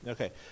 Okay